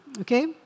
Okay